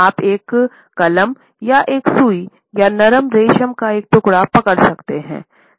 आप एक कलम या एक सुई या नरम रेशम का एक टुकड़ा पकड़ सकते हैं